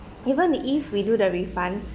even if we do the refund